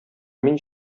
мин